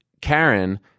Karen